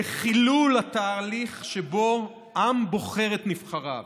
לחילול התהליך שבו עם בוחר את נבחריו,